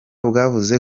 bwavuze